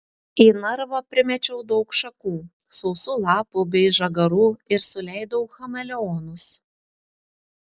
į narvą primečiau daug šakų sausų lapų bei žagarų ir suleidau chameleonus